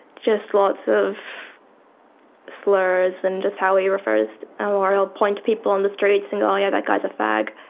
just lots of slurs and just how he refers, ah or he'll point to people on the streets and say, yeah that guy's a fag